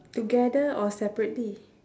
together or separately